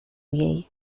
jej